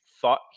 thought